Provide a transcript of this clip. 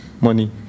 money